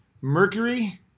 Mercury